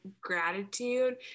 gratitude